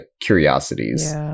curiosities